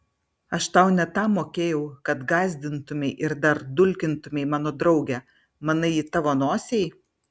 aš tau ne tam mokėjau kad gąsdintumei ir dar dulkintumei mano draugę manai ji tavo nosiai